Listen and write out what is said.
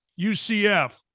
UCF